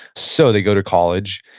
so they go to college.